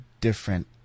different